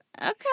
Okay